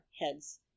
heads